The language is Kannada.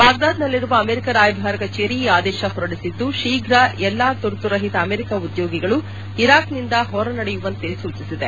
ಬಾಗ್ಗಾದ್ನಲ್ತಿರುವ ಅಮೆರಿಕ ರಾಯಭಾರ ಕಚೇರಿ ಈ ಆದೇಶ ಹೊರಡಿಸಿದ್ದು ಶೀಘ್ರ ಎಲ್ಲ ತುರ್ತುರಹಿತ ಅಮೆರಿಕ ಉದ್ಯೋಗಿಗಳು ಇರಾಕ್ನಿಂದ ಹೊರನಡೆಯುವಂತೆ ಸೂಚಿಸಿದೆ